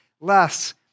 less